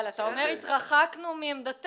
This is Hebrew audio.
אבל אתה אומר "התרחקנו מעמדתנו",